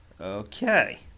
Okay